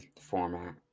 format